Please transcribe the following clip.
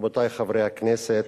רבותי חברי הכנסת,